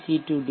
C D